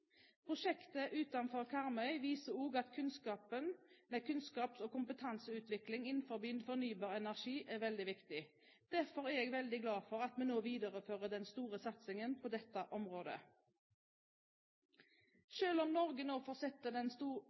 Prosjektet utenfor Karmøy viser også at kunnskaps- og kompetanseutvikling innen fornybar energi er veldig viktig. Derfor er jeg veldig glad for at vi nå viderefører den store satsingen på dette området. Selv om Norge nå